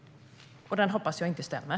Jag hoppas att den inte stämmer.